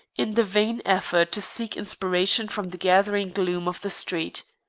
in the vain effort to seek inspiration from the gathering gloom of the street.